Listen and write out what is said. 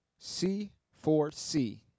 C4C